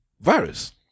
virus